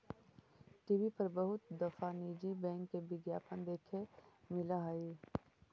TV पर बहुत दफा निजी बैंक के विज्ञापन देखे मिला हई